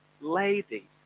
lady